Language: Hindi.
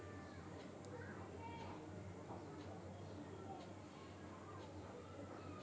क्या कोई नाबालिग बचत खाता खोल सकता है?